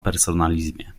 personalizmie